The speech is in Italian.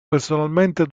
personalmente